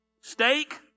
steak